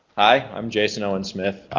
i'm jason owen smith